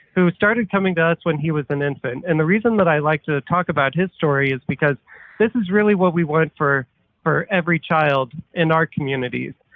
who started coming to us when he was an infant, and the reason that i like to talk about his story is because this is really what we want for for every child in our communities.